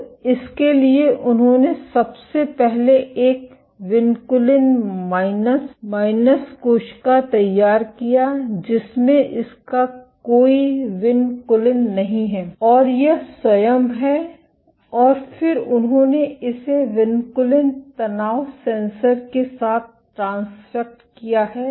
तो इसके लिए उन्होंने सबसे पहले एक विनकुलिन माइनस माइनस कोशिका तैयार किया जिसमें इसका कोई विनकुलिन नहीं है और यह स्वयं है और फिर उन्होंने इसे विनकुलिन तनाव सेंसर के साथ ट्रांसफ़ेक्ट किया है